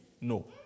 No